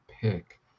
pick